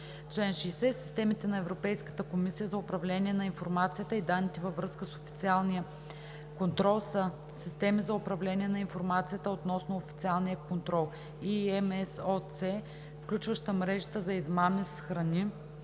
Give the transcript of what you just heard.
„Чл. 60. Системите на Европейската комисия за управление на информацията и данните във връзка с официалния контрол са: 1. системата за управление на информацията относно официалния контрол (IMSOC), включваща мрежата за измами с храни